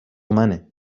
منه